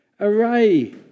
array